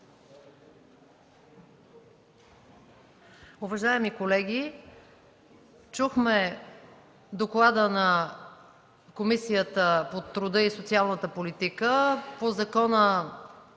Уважаеми колеги, чухме доклада на Комисията по труда и социалната политика по Закона